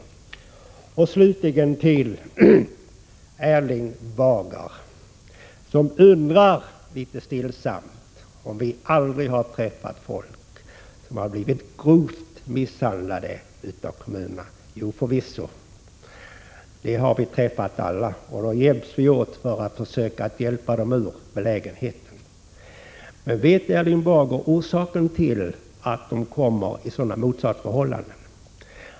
Till slut till Erling Bager, som undrar litet stillsamt om vi aldrig har träffat folk som har blivit grovt misshandlade av kommunerna: Jo, förvisso, vi har alla träffat sådana människor, och vi hjälps åt med att försöka bringa dem ur denna belägenhet. Men vet Erling Bager vad som är orsaken till att de kommer i sådana motsatsförhållanden?